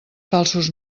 falsos